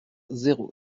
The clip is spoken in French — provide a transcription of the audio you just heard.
zéro